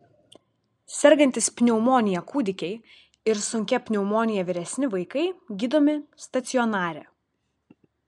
sergantys pneumonija kūdikiai ir sunkia pneumonija vyresni vaikai gydomi stacionare